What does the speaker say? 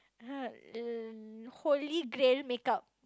ha um holy grail makeup